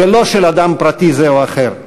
ולא כבודו של אדם פרטי זה או אחר,